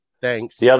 thanks